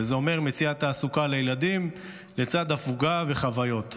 וזה אומר מציאת תעסוקה לילדים לצד הפוגה וחוויות.